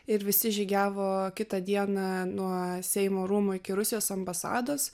ir visi žygiavo kitą dieną nuo seimo rūmų iki rusijos ambasados